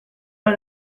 pas